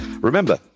remember